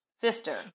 sister